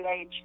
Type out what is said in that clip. age